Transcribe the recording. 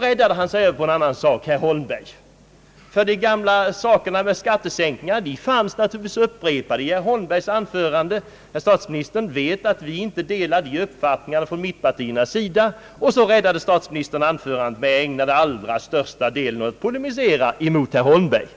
räddade han sig över till att tala om något annat — herr Holmbergs anförande. De gamla sakerna med skattesänkningar hade naturligtvis upprepats i herr Holmbergs anförande. Herr statsministern vet att mittpartierna inte delar herr Holmbergs uppfattning, och så räddade statsministern sitt anförande genom att ägna den allra största delen åt att polemisera mot herr Holmberg.